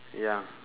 ya